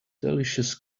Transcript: delicious